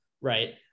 right